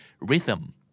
rhythm